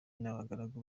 n’abagaragu